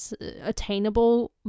attainable